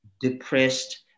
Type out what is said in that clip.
depressed